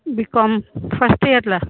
B com first ईयरला